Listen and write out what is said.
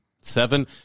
seven